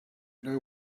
know